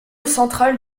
central